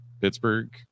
Pittsburgh